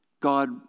God